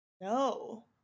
No